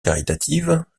caritatives